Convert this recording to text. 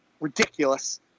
ridiculous